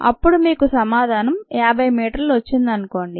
అప్పుడు మీకు సమాధానం 50 మీటర్లు వచ్చిందనుకోండి